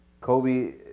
Kobe